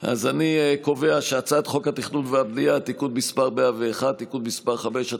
אני קובע שהצעת חוק התכנון והבנייה (תיקון מס' 101) (תיקון מס' 5),